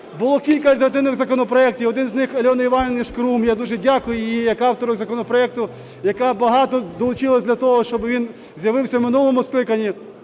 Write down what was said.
Було кілька альтернативних законопроектів, один з них - Альони Іванівни Шкрум. Я дуже дякую їй як автору законопроекту, яка багато долучилася до того, щоби він з'явився в минулому скликанні.